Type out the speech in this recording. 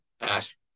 ask